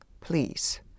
Please